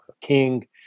king